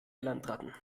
landratten